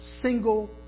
single